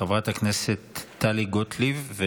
חברת הכנסת טלי גוטליב.